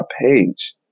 page